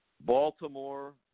Baltimore